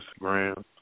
Instagram